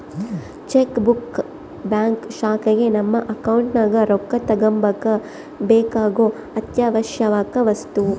check book bank ಶಾಖೆಗ ನಮ್ಮ account ನಗ ರೊಕ್ಕ ತಗಂಬಕ ಬೇಕಾಗೊ ಅತ್ಯಾವಶ್ಯವಕ ವಸ್ತು